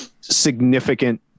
significant